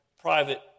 private